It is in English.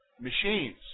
Machines